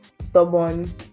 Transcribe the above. stubborn